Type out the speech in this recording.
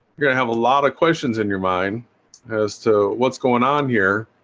you're gonna have a lot of questions in your mind as to what's going on here.